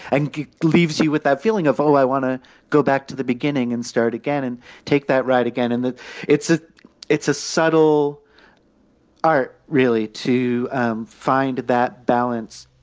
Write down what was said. and it leaves you with that feeling of all. i want to go back to the beginning and start again and take that ride again. and that it's a it's a subtle art, really, to um find that balance